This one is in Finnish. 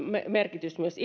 merkitys myös